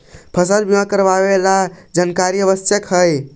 फसल बीमा करावे लगी का का जानकारी आवश्यक हइ?